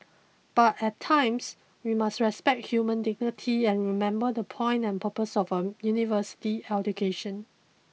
but at times we must respect human dignity and remember the point and purpose of a university education